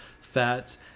fats